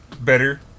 better